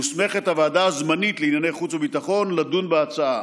מוסמכת הוועדה הזמנית לענייני חוץ וביטחון לדון בהצעה.